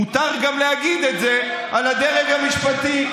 מותר גם להגיד את זה על הדרג המשפטי.